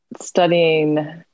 studying